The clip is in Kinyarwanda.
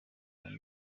muri